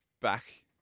back